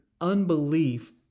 unbelief